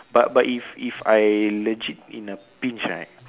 but but if if I legit in a pinch right